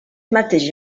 mateix